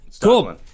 Cool